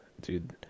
dude